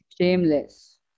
Shameless